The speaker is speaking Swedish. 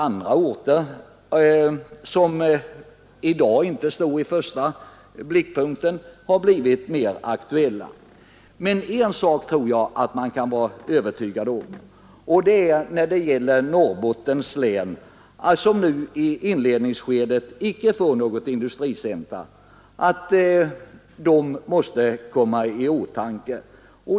Andra orter, som i dag inte står i blickpunkten, kan då ha blivit mer aktuella. Man borde kunna vara övertygad om att Norrbottens län, som nu i inledningsskedet icke får något industricentrum, då måste komma i åtanke.